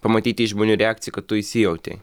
pamatyti į žmonių reakciją kad tu įsijautei